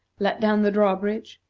let down the drawbridge,